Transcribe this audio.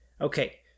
Okay